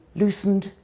loosened,